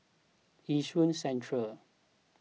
Yishun Central